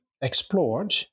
explored